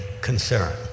concern